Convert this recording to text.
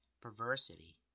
perversity